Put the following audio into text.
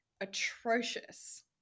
atrocious